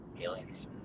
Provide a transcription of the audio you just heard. Aliens